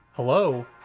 Hello